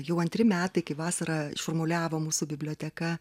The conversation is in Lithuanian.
jau antri metai kai vasarą šurmuliavo mūsų biblioteka